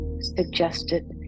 suggested